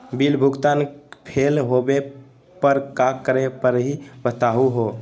Bill भुगतान fail होवे पर का करै परही, बताहु हो?